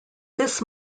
this